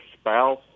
spouse